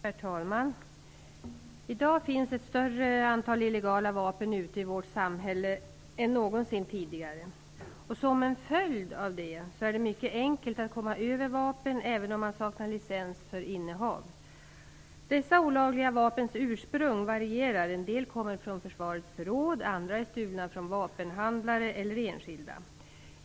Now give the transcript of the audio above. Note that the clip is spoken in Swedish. Herr talman! I dag finns ett större antal illegala vapen ute i vårt samhälle än någonsin tidigare. Som en följd av det är det mycket enkelt att komma över vapen, även om man saknar licens för innehav. Dessa olagliga vapens ursprung varierar. En del kommer från försvarets förråd, och andra är stulna från vapenhandlare eller enskilda.